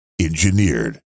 engineered